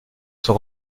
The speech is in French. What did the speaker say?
son